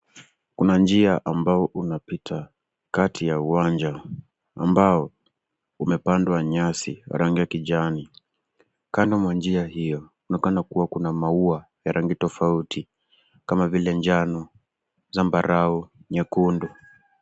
Kuna njia ambao unapita kati ya uwanja ambao umepandwa nyasi rangi ya kijani kando mwa njia hiyo, unaonekana kuwa kuna maua ya rangi tofauti kama vile njano, zambarau, nyekundu.